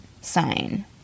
sign